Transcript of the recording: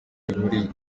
bihuriye